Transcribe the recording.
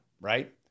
right